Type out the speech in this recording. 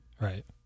Right